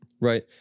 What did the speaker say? Right